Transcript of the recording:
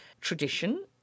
tradition